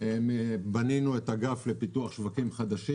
בנינו את האגף לפיתוח שווקים חדשים.